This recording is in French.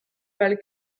pâle